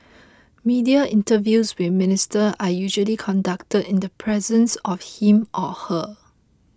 media interviews with Minister are usually conducted in the presence of him or her